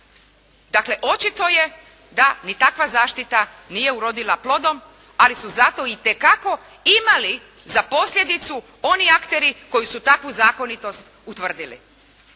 Dakle, očito je da ni takva zaštita nije urodila plodom, ali su zato itekako imali za posljedicu oni akteri koji su takvu zakonitost utvrdili.